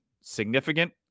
significant